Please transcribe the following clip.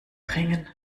bringen